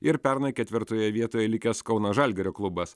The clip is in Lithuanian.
ir pernai ketvirtoje vietoje likęs kauno žalgirio klubas